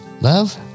love